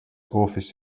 office